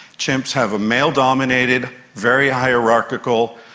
chimps have a male-dominated, very hierarchical,